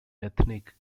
ethnic